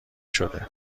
شده